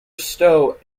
stowe